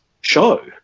show